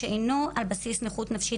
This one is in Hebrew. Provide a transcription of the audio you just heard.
שאינו על בסיס נכות נפשית,